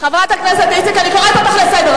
חברת הכנסת איציק, אני קוראת אותך לסדר.